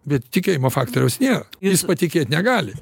bet tikėjimo faktoriaus nėra ir jis patikėt negali